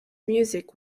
music